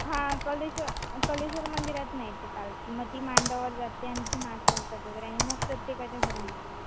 हां कलेश्वर कलेश्वर मंदिरात नाही ते पालखी मग ती मांडावर जाते आणि ती नाचवतात वगैरे आणि मग प्रत्येकाच्या घरी नेतात